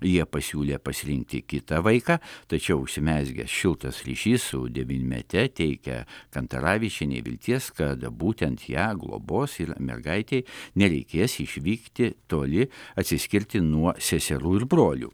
jie pasiūlė pasirinkti kitą vaiką tačiau užsimezgęs šiltas ryšys su devynmete teikia kantaravičienė vilties kad būtent ją globos ir mergaitei nereikės išvykti toli atsiskirti nuo seserų ir brolių